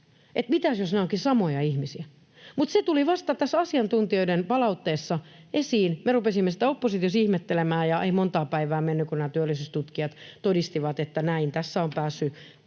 mitä jos nämä ovatkin samoja ihmisiä. Se tuli vasta tässä asiantuntijoiden palautteessa esiin, me rupesimme sitä oppositiossa ihmettelemään, ja ei montaa päivää mennyt, kun nämä työllisyystutkijat todistivat, että näin tässä on päässyt